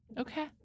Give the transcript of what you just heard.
Okay